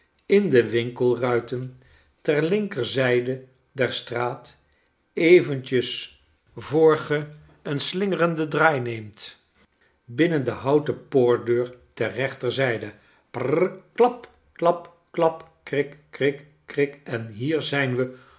in de winkelruiten ter linkerzijde der straat eventjes voor ge een slingerenden draai neemt binnen de houten poortdeur ter rechterzijde r r r r klapklap klap krik krik krik en hier zijn we